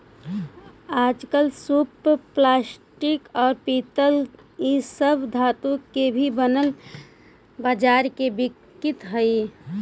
आजकल सूप प्लास्टिक, औउर पीतल इ सब धातु के भी बनल बाजार में बिकित हई